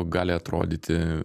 gali atrodyti